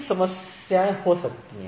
कुछ समस्याएं हो सकती हैं